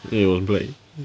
then you want play